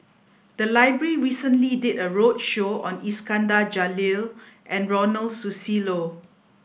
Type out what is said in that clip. the library recently did a roadshow on Iskandar Jalil and Ronald Susilo